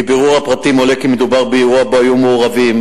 מבירור הפרטים עולה כי מדובר באירוע שבו היו מעורבים